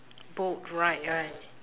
boat ride right